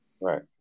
right